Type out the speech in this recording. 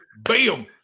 bam